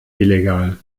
illegal